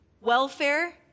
welfare